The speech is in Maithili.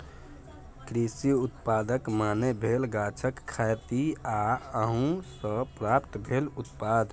कृषि उत्पादक माने भेल गाछक खेती आ ओहि सँ प्राप्त भेल उत्पाद